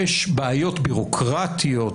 יש בעיות בירוקרטיות,